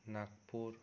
Nagpur